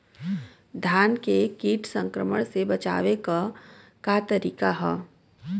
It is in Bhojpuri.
धान के कीट संक्रमण से बचावे क का तरीका ह?